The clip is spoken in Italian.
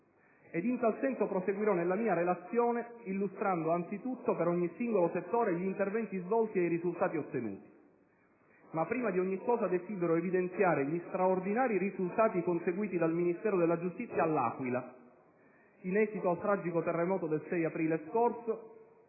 Ed in tal senso proseguirò nella mia relazione illustrando, anzitutto, per ogni singolo settore, gli interventi svolti e i risultati ottenuti. Ma prima di ogni cosa desidero evidenziare gli straordinari risultati conseguiti dal Ministero della giustizia all'Aquila, in esito al tragico terremoto del 6 aprile 2009,